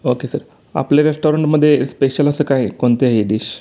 okay sir आपल्या रेस्टॉरंटमध्ये special असं काय आहे कोणत्याही डिश